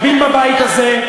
אנחנו גאים בצבא שלנו.